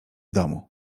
domu